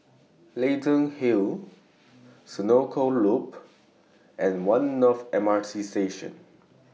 Leyden Hill Senoko Loop and one North M R T Station